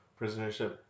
prisonership